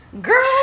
Girl